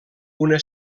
una